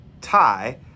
tie